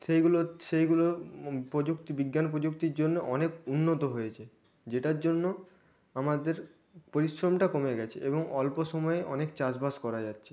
সেইগুলো সেইগুলো প্রযুক্তি বিজ্ঞান প্রযুক্তির জন্য অনেক উন্নত হয়েছে যেটার জন্য আমাদের পরিশ্রমটা কমে গেছে এবং অল্প সময়ে অনেক চাষবাস করা যাচ্ছে